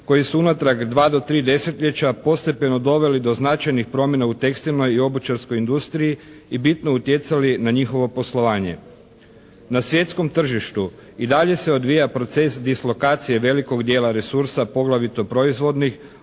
koji su unatrag dva do tri desetljeća postepeno doveli do značajnih promjena u tekstilnoj i obućarskoj industriji i bitno utjecali na njihovo poslovanje. Na svjetskom tržištu i dalje se odvija proces dislokacije velikog dijela resursa, poglavito proizvodnih